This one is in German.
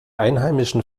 einheimischen